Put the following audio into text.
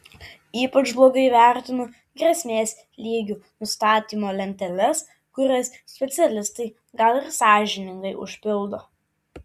ypač blogai vertinu grėsmės lygių nustatymo lenteles kurias specialistai gal ir sąžiningai užpildo